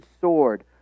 sword